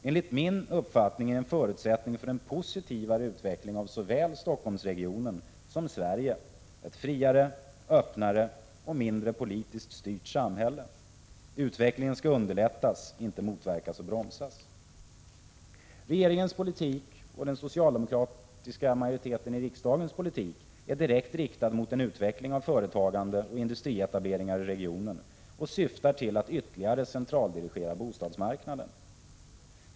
Enligt min uppfattning är en förutsättning för en positivare utveckling av såväl Stockholmsregionen som Sverige ett friare, öppnare och mindre politiskt styrt samhälle. Utvecklingen skall underlättas, inte motverkas och bromsas. Regeringens och den socialdemokratiska riksdagsmajoritetens politik är direkt riktad mot en utveckling av företagande och industrietableringar i regionen och syftar till att ytterligare centraldirigera bostadsmarknaden.